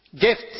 Gifts